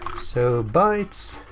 so, bytes.